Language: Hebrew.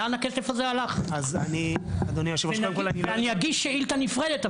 לאן הכסף הזה הלך ואני אגיש שאילתה נפרדת,